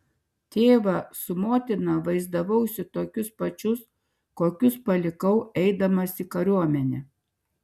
tėvą su motina vaizdavausi tokius pačius kokius palikau eidamas į kariuomenę